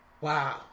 wow